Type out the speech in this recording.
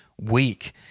week